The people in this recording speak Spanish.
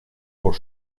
por